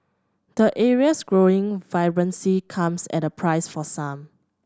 the area's growing vibrancy comes at a price for some